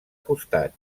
costat